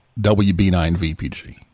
WB9VPG